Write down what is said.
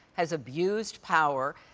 has abused power,